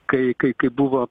kai kai kai buvo